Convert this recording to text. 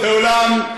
ואולם,